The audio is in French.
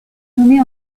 nommée